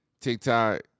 TikTok